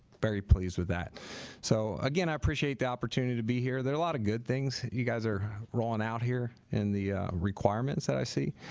very pleased with that so again i appreciate the opportunity to be here a lot of good things you guys are rolling out here in the requirements that i see